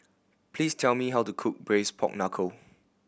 please tell me how to cook braise pork knuckle